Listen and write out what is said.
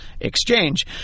exchange